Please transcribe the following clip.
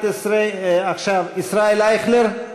12, ישראל אייכלר?